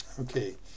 okay